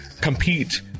compete